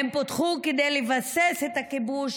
הן פותחו כדי לבסס את הכיבוש.